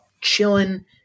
chilling